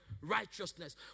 righteousness